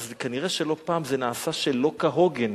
אז כנראה לא פעם זה נעשה שלא כהוגן,